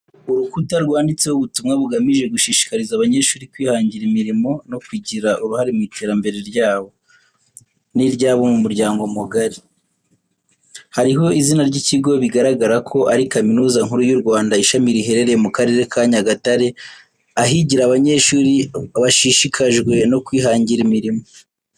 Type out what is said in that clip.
Urukuta rwanditseho ubutumwa bugamije gushishikariza abanyeshuri kwihangira imirimo no kugira uruhare mu iterambere ryabo n'iry'abo mu muryango mugari. Hariho izina ry'ikigo bigaragara ko ari kaminuza nkuru y'Urwanda ishami riherereye mu karere ka nyagatare ahigira abanyeshuri bashishikajwe no kwihangira imirimo.